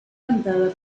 cantada